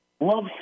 love